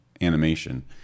animation